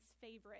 favorite